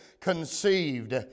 conceived